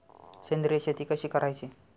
सेंद्रिय शेती कशी करायची?